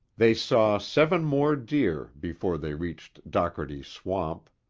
they saw seven more deer before they reached dockerty's swamp.